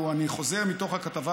ואני חוזר מתוך הכתבה,